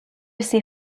ses